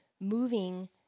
moving